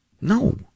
No